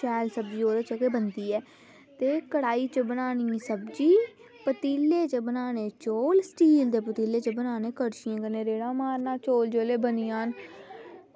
शैल सब्ज़ी ते ओह्दे च गै बनदी ऐ ते कड़ाही च गै बनानी सब्ज़ी ते पतीले च बनाने चौल ते स्टील दे पतीले च बनाने ते कड़छियां कन्नै रेड़ा मारना चौल जेल्लै बनी जान